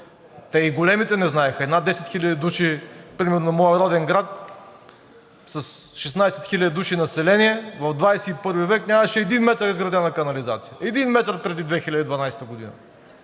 Те и големите не знаеха – над 10 хиляди души, примерно моят роден град, с 16 хиляди души население, в XXI век нямаше един метър изградена канализация. Един метър преди 2012 г.!